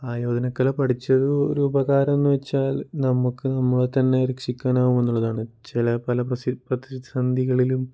ആയോധനക്കല പഠിച്ചത് ഒരു ഉപകാരംന്ന് വെച്ചാൽ നമ്മ്ക്ക് നമ്മളെത്തന്നെ രക്ഷിക്കാനാവും എന്നുള്ളതാണ് ചില പല പ്രതിസന്ധികളിലും